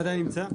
הוא עדיין נמצא.